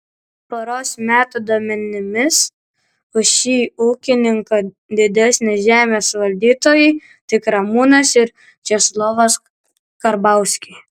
poros metų duomenimis už šį ūkininką didesni žemės valdytojai tik ramūnas ir česlovas karbauskiai